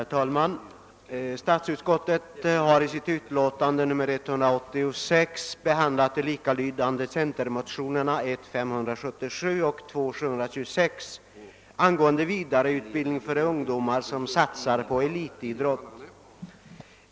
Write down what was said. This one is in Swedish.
Herr talman! Statsutskottet har i sitt utlåtande nr 186 behandlat de likalydande centerpartimotionerna 1: 577 och II: 726 angående vidareutbildning för ungdomar som satsar på elitidrott.